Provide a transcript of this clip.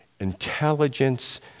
intelligence